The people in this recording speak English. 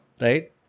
Right